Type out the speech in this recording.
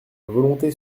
volonté